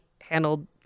handled